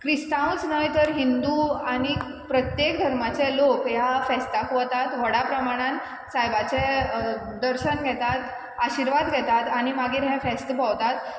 क्रिस्तांवूच न्हय तर हिंदू आनी प्रत्येक धर्माचे लोक ह्या फेस्ताक वतात व्हडा प्रमाणांत सायबाचें दर्शन घेतात आशिर्वाद घेतात आनी मागीर हें फेस्त भोंवतात